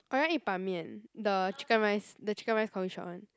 or you want eat Ban-Mian the chicken rice the chicken rice coffee shop [one]